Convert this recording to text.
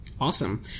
awesome